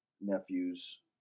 nephews